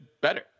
better